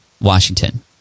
Washington